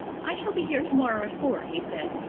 i shall be here to-morrow at four, he said,